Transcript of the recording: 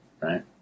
right